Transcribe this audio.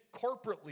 corporately